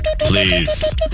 Please